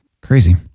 Crazy